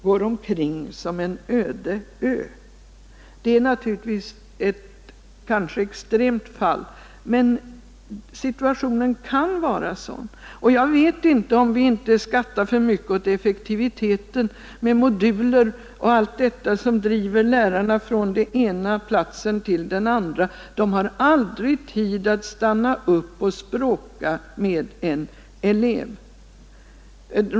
Går omkring som en öde ö!” Det är naturligtvis ett extremt fall, men situationen kan vara sådan. Jag undrar om vi inte skattar för mycket åt effektiviteten, med moduler och allt som driver lärarna från den ena platsen till den andra. De har aldrig tid att stanna upp och språka med en elev.